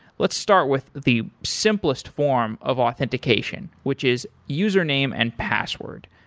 let's start with the simplest form of authentication, which is username and password.